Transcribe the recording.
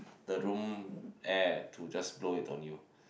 the room air to just blow it on you